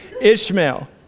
Ishmael